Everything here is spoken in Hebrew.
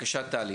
אני